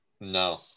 No